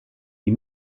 die